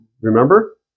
Remember